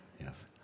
yes